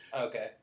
Okay